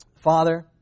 Father